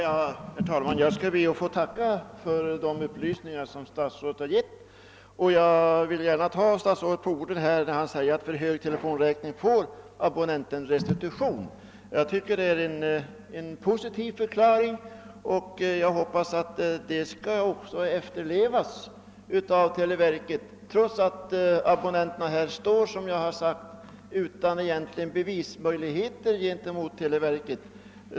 Herr talman! Jag skall be att få tacka för de upplysningar som statsrådet har givit. Jag vill ta statsrådet på orden, när han säger att abonnenten får restitution på en för hög telefonräkning. Jag tycker att det är en positiv förklaring och hoppas att bestämmelsen skall efterlevas av televerket, trots att abonnenten här står, som jag tidigare har sagt, utan egentliga bevismöjligheter gentemot televerket.